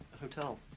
hotel